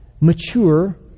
mature